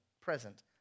present